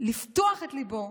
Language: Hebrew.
לפתוח את ליבו,